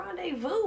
rendezvous